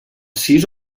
sis